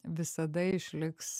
visada išliks